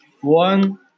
one